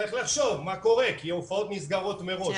צריך לחשוב מה קורה כי הופעות נסגרות מראש.